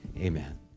amen